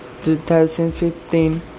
2015